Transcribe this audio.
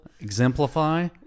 exemplify